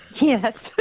Yes